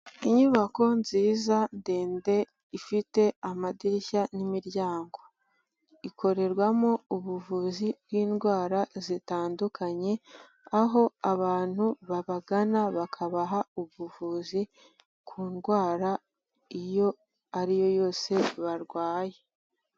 Inyubako nziza ndende, ifite amadirishya n'imiryango, ikorerwamo ubuvuzi bw'indwara zitandukanye, aho abantu babagana bakabaha ubuvuzi ku ndwara iyo ariyo yose barwaye.